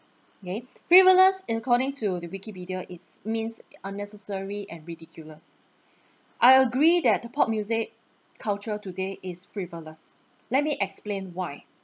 okay frivolous in according to wikipedia it's mean unnecessary and ridiculous I agree that the pop music culture today is frivolous let me explain why